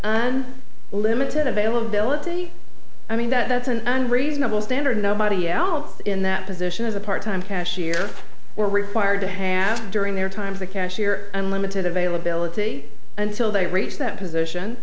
have limited availability i mean that's an unreasonable standard nobody else in that position as a part time cashier were required to hand during their time to cashier unlimited availability until they reached that position